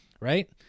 right